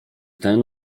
ten